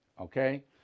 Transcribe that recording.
okay